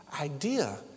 idea